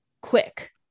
quick